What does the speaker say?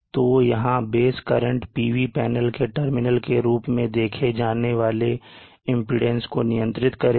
तो यहां base current PV panel के टर्मिनल के रूप में देखे जाने वाले impedance को नियंत्रित करेगी